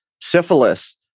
syphilis